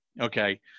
okay